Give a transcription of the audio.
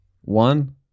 One